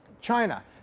China